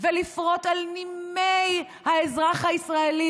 ולפרוט על נימי האזרח הישראלי,